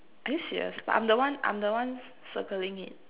are you serious but I'm the one I'm the one c~ circling it